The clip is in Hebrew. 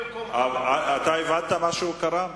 אתה הבנת מה שהוא קרא?